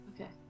Okay